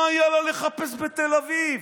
מה היה לה לחפש בתל אביב?